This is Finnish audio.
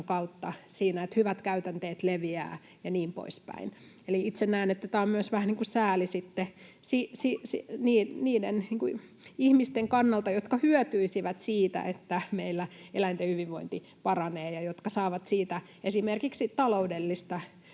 kautta siinä, että hyvät käytänteet leviävät ja niin poispäin. Eli itse näen, että tämä on myös vähän sääli sitten niiden ihmisten kannalta, jotka hyötyisivät siitä, että meillä eläinten hyvinvointi paranee ja jotka saavat siitä esimerkiksi taloudellista